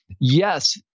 yes